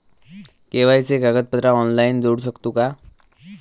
KYC कागदपत्रा online जोडू शकतू का?